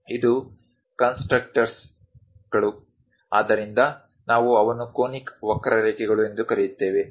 ಇವು ಕನ್ಸ್ಟ್ರಕ್ಟರ್ಗಳು ಆದ್ದರಿಂದ ನಾವು ಅವನ್ನು ಕೋನಿಕ್ ವಕ್ರಾರೇಖೆಗಳು ಎಂದು ಕರೆಯುತ್ತೇವೆ